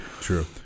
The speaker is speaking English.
true